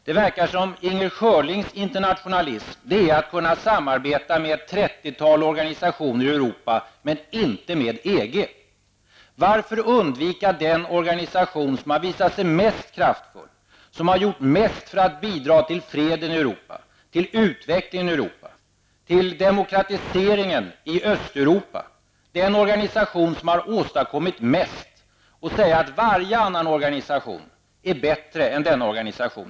Det verkar som om Inger Schörlings internationalism är att kunna samarbeta med ett trettiotal organisationer i Europa, men inte med EG. Varför undvika den organisation som visat sig mest kraftfull, som har gjort mest för att bidra till freden i Europa, till utvecklingen Europa, till demokratiseringen i Östeuropa? EG är den organisation som har åstadkommit mest. Men Inger Schörling menar att varje annan organisation är bättre än den.